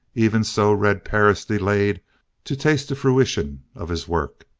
even so red perris delayed to taste the fruition of his work.